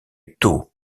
tôt